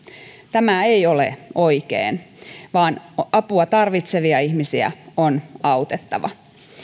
tämä ei ole oikein vaan apua tarvitsevia ihmisiä on autettava